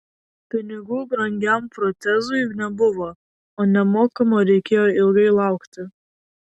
pinigų brangiam protezui nebuvo o nemokamo reikėjo ilgai laukti